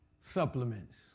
Supplements